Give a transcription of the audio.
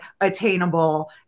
attainable